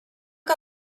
que